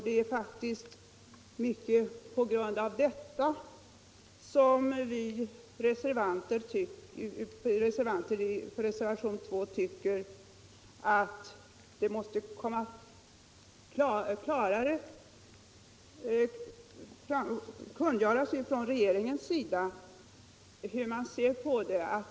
Det är mycket på grund härav som reservanterna i reservationen 2 har tyckt att regeringen klarare skall säga ifrån hur man skall se på dessa saker.